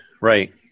right